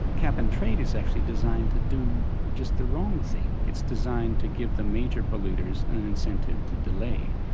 cap and trade is actually designed to do just the wrong thing. it's designed to give the major polluters an incentive to delay.